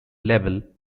label